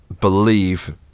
believe